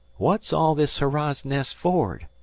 what's all this hurrah's-nest for'ard?